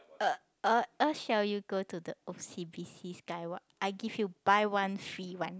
uh uh uh shall you go to the o_c_b_s sky walk I give you buy one free one